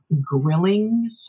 grilling